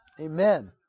Amen